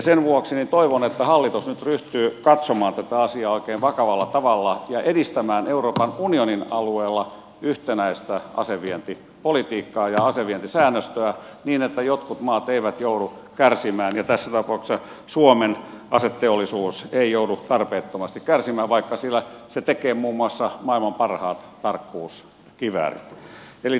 sen vuoksi toivon että hallitus nyt ryhtyy katsomaan tätä asiaa oikein vakavalla tavalla ja edistämään euroopan unionin alueella yhtenäistä asevientipolitiikkaa ja asevientisäännöstöä niin että jotkut maat eivät joudu kärsimään ja tässä tapauksessa suomen aseteollisuus ei joudu tarpeettomasti kärsimään vaikka se tekee muun muassa maailman parhaat tarkkuuskiväärit